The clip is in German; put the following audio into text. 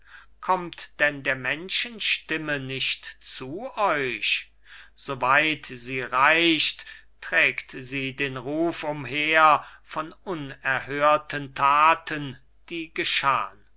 kommt denn der menschen stimme nicht zu euch so weit sie reicht trägt sie den ruf umher von unerhörten thaten die